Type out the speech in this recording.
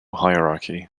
hierarchy